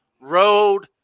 road